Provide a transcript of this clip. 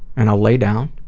and i'll lay down,